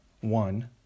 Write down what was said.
one